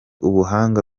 ubuhanga